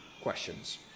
questions